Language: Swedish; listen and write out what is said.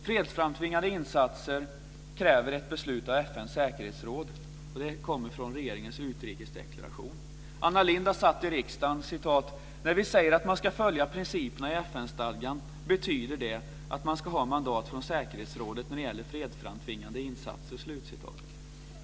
"Fredsframtvingande insatser kräver ett beslut av FN:s säkerhetsråd". Det kommer från regeringens utrikesdeklaration. Anna Lindh har sagt i riksdagen: "När vi säger att man ska följa principerna i FN stadgan betyder det ... att man ska ha mandat från säkerhetsrådet när det gäller fredsframtvingande insatser".